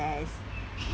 invest